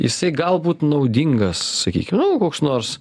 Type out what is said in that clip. jisai galbūt naudingas sakykim nu koks nors